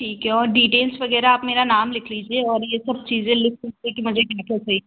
ठीक है और डीटेल्स वगैरह आप मेरा नाम लिख लीजिए और यह सब चीज़ें लिख सकते हैं कि मुझे क्या क्या चाहिए